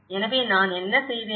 எனவே நான் என்ன செய்தேன்